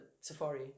safari